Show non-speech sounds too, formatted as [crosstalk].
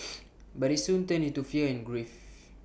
[noise] but IT soon turned into fear and grief